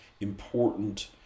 important